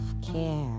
Self-care